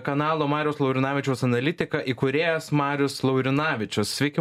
kanalo mariaus laurinavičiaus analitika įkūrėjas marius laurinavičius sveiki